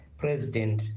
president